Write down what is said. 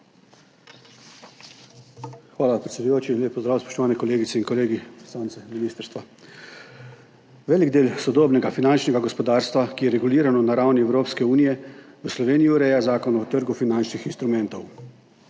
Hvala, predsedujoči. Lep pozdrav, spoštovani kolegice in kolegi, predstavnice z ministrstva! Velik del sodobnega finančnega gospodarstva, ki je regulirano na ravni Evropske unije, v Sloveniji ureja Zakon o trgu finančnih instrumentov.